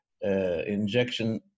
injection